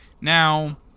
Now